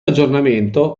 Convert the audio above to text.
aggiornamento